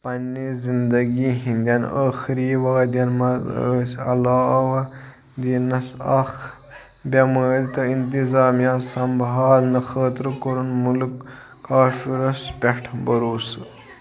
پنٛنہِ زندگی ہِنٛدٮ۪ن أخری وادِیَن منٛز ٲسۍ علاوٕ دیٖنَس اكھ بٮ۪مٲرۍ تہٕ انتظامیہ سنبھالنہٕ خٲطرٕ کوٚرُن ملک پٮ۪ٹھ بَھروسہٕ